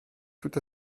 tout